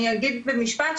אני אגיד במשפט,